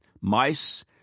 Mice